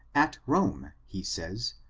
at rome, he says,